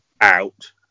out